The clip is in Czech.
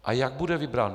A jak bude vybrán?